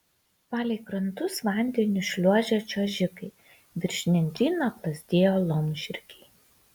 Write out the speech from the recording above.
palei krantus vandeniu šliuožė čiuožikai virš nendryno plazdėjo laumžirgiai